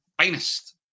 finest